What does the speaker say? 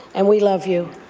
and we love you.